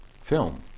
film